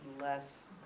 less